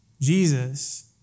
Jesus